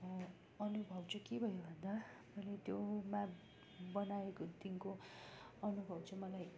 अनुभव चाहिँ के भयो भन्दा मैले त्यो म्याफ बनाएको दिनको अनुभव चाहिँ मलाई